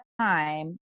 time